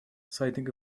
citing